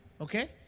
okay